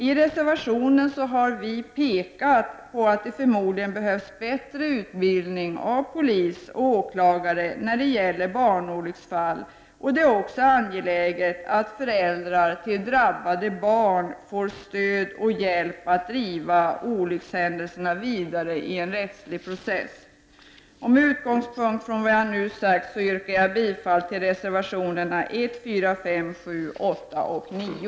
I reservationen 4 har vi pekat på att det förmodligen behövs bättre utbildning av polis och åklagare när det gäller barnolycksfall, och det är också angeläget att föräldrar till drabbade barn får stöd och hjälp för att driva fall där olyckshändelser inträffat vidare i en rättslig process. Med utgångspunkt i vad jag nu sagt yrkar jag en än gång bifall till reservationerna 1, 4, 5, 7, 8 och 9.